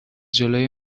جلوی